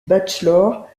bachelor